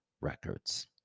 Records